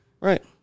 Right